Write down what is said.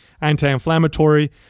anti-inflammatory